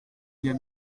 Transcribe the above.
iyo